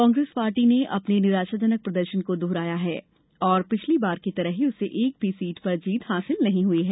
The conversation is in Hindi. कांग्रेस पार्टी ने अपने निराशाजनक प्रदर्शन को दोहराया है और पिछली बार की तरह ही उसे एक भी सीट पर जीत हासिल नहीं हुई है